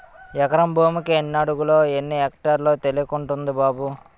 ఎకరం భూమికి ఎన్ని అడుగులో, ఎన్ని ఎక్టార్లో తెలియకుంటంది బాబూ